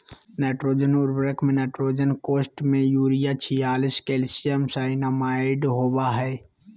nitrogen उर्वरक में nitrogen कोष्ठ में यूरिया छियालिश कैल्शियम साइनामाईड होबा हइ